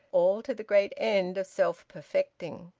all to the great end of self-perfecting.